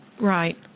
Right